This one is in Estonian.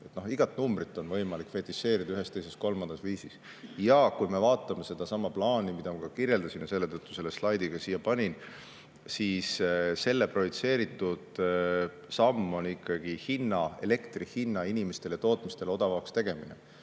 numbrit on võimalik fetišeerida ühel, teisel või kolmandal viisil. Ja kui me vaatame sedasama plaani, mida ma kirjeldasin – selle tõttu selle slaidi ka siia panin –, siis selle projitseeritud samm on ikkagi elektri hinna inimestele ja tootmistele odavamaks tegemine.